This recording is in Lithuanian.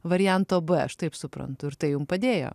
varianto b aš taip suprantu ir tai jum padėjo